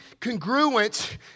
congruent